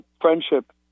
friendship